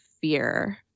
fear